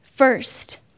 First